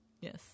Yes